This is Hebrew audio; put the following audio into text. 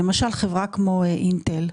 למשל, חברה כמו אינטל.